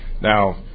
Now